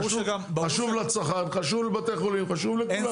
חשוב לצרכן, חשוב לבתי חולים, חשוב לכולם.